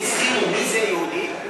הסכימו מי זה יהודי?